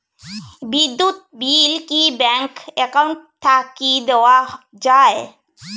বিদ্যুৎ বিল কি bank account থাকি দেওয়া য়ায়?